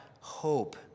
hope